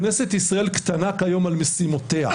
כנסת ישראל קטנה היום על משימותיה.